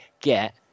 get